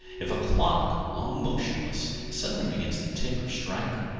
if a clock, long motionless, suddenly begins to tick or strike,